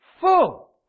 full